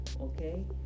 okay